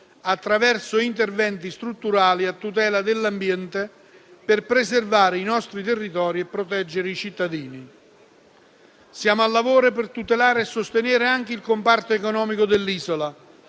attraverso interventi strutturali a tutela dell'ambiente per preservare i nostri territori e proteggere i cittadini. Siamo al lavoro per tutelare e sostenere anche il comparto economico dell'isola.